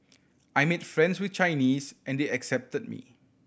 I made friends with Chinese and they accepted me